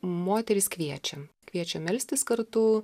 moteris kviečiam kviečiam melstis kartu